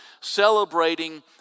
celebrating